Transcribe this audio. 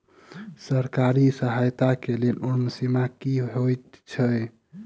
सरकारी सहायता केँ लेल उम्र सीमा की हएत छई?